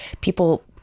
People